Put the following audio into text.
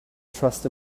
trust